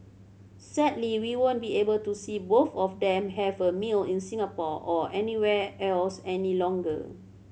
sadly we won't be able to see both of them have a meal in Singapore or anywhere else any longer